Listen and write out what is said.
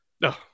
No